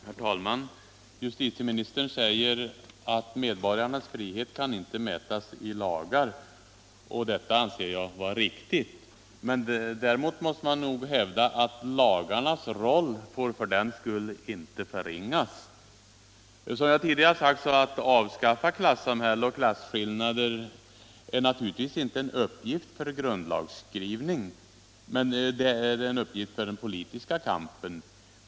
Herr talman! Justitieministern säger att medborgarnas frihet inte kan mätas i lagar, och det anser jag vara riktigt. Men däremot måste man nog hävda att lagarnas roll för den skull inte får förringas. Som jag tidigare har sagt är avskaffande av klassamhälle och klasskillnader naturligtvis inte en uppgift för grundlagsskrivning, det är en uppgift för den politiska kampen.